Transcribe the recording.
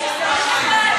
רפורם-רביי,